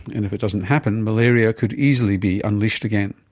and if it doesn't happen malaria could easily be unleashed again.